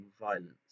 violence